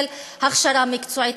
של הכשרה מקצועית,